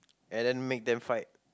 and then make them fight